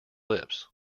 lips